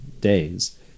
days